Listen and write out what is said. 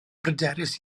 bryderus